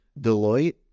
Deloitte